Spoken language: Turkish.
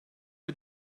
bir